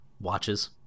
watches